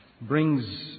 brings